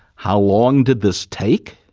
how long did this take?